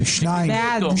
נצביע על הסתייגות 228. מי בעד?